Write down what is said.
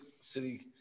city